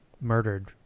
murdered